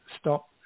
stop